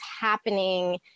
happening